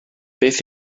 beth